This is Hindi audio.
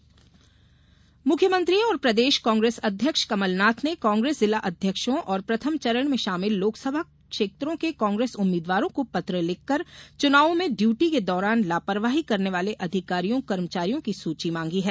निष्पक्ष चुनाव मुख्यमंत्री और प्रदेश कांग्रेस अध्यक्ष कमलनाथ ने कांग्रेस जिला अध्यक्षों और प्रथम चरण में शामिल लोकसभा क्षत्रों के कांग्रेस उम्मीदवारों को पत्र लिखकर चुनाव में ड्यूटी के दौरान लापरवाही करने वाले अधिकारियों कर्मचारियों की सूची मांगी है